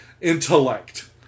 intellect